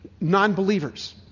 non-believers